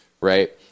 right